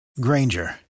Granger